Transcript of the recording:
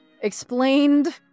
explained